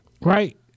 Right